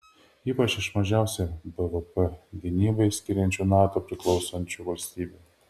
ypač iš mažiausią bvp gynybai skiriančių nato priklausančių valstybių